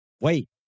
Wait